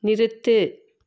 நிறுத்து